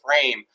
frame